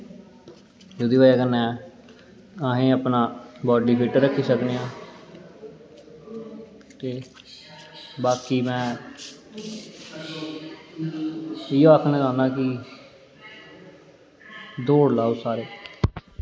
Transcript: ते ओह्दी बजह कन्नै अस अपनी बॉडी फिट्ट रक्खी सकने आं ते बाकी में इ'यै आखना चाह्न्ना कि दौड़ लाओ सारे